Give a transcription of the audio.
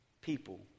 people